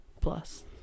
plus